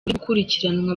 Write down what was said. gukurikiranwa